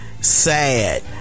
sad